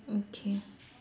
okay